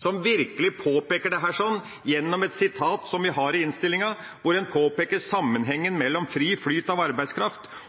virkelig påpeker dette gjennom et sitat i innstillinga, hvor en påpeker sammenhengen mellom fri flyt av arbeidskraft